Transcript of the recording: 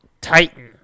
Titan